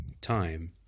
time